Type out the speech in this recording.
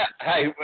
hey